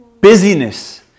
Busyness